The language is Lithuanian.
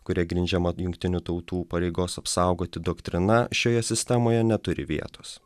kuria grindžiama jungtinių tautų pareigos apsaugoti doktrina šioje sistemoje neturi vietos